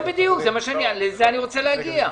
זהו בדיוק, לזה אני רוצה להגיע.